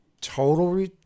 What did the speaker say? total